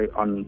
on